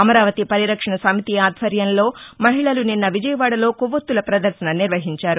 అమరావతి పరిరక్షణ సమితి ఆధ్వర్యంలో మహిళలు నిన్న విజయవాడలో కొవ్వొత్తుల ప్రదర్భన నిర్వహించారు